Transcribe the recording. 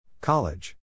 College